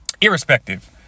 Irrespective